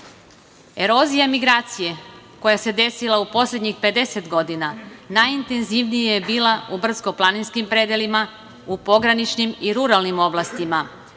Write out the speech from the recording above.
Erozija migracije koja se desila u poslednjih 50 godina najintenzivnija je bila u brdsko-planinskim predelima, u pograničnim i ruralnim oblastima,